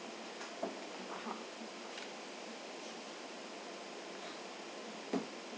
(uh huh)